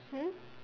hmm